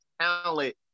talent